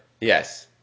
Yes